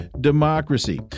democracy